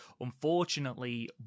Unfortunately